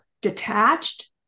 detached